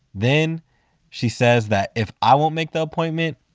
then she says that if i won't make the appointment,